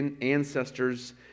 ancestors